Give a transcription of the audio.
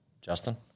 Justin